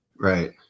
Right